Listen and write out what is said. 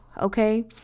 okay